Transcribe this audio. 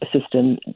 system